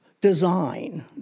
Design